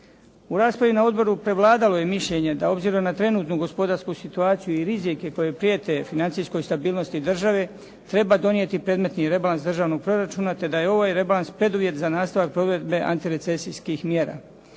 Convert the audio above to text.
U raspravi na odboru prevladalo je mišljenje da obzirom na trenutnu gospodarsku situaciju i rizike koji prijete financijskoj stabilnosti države treba donijeti predmetni rebalans državnog proračuna te da je ovaj rebalans preduvjet za nastavak provedbe antirecesijskih mjera.